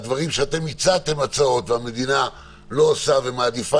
ההצעות שהצעתם והמדינה לא עושה ומעדיפה